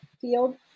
field